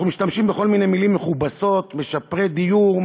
אנחנו משתמשים בכל מיני מילים מכובסות: משפרי דיור,